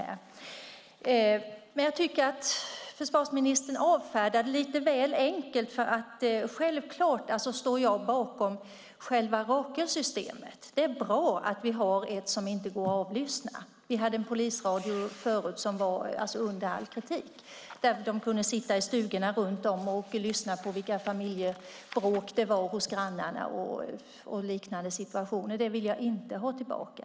Jag tycker att försvarsministern avfärdar det hela lite väl enkelt. Självfallet står jag bakom själva Rakelsystemet. Det är bra att vi har ett system som inte går att avlyssna. Vi hade förut en polisradio som var under all kritik, då man kunde sitta i stugorna runt omkring och lyssna på vilka familjebråk grannarna hade och liknande situationer. Det vill jag inte ha tillbaka.